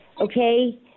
okay